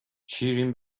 شیرین